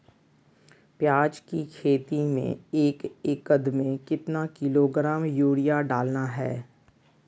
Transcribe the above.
प्याज की खेती में एक एकद में कितना किलोग्राम यूरिया डालना है?